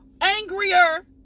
angrier